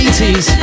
80s